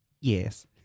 Yes